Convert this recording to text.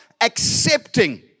accepting